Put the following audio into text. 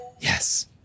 Yes